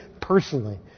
personally